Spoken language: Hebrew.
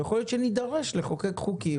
ויכול להיות שנידרש לחוקק חוקים.